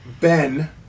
Ben